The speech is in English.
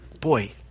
boy